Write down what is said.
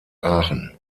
aachen